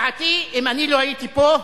אם אני לא הייתי פה,